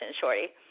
shorty